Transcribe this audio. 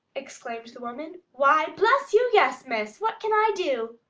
exclaimed the woman, why, bless you, yes, miss! what can i do?